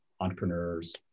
entrepreneurs